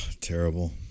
Terrible